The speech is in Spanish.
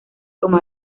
como